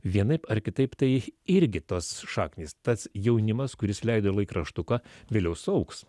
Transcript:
vienaip ar kitaip tai irgi tos šaknys tas jaunimas kuris leido laikraštuką vėliau suaugs